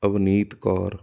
Avneet Kaur